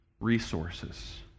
resources